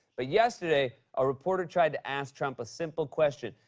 but yesterday, a reporter tried to ask trump a simple question.